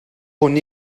hwn